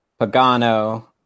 Pagano